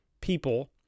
people